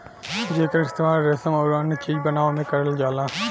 जेकर इस्तेमाल रेसम आउर अन्य चीज बनावे में करल जाला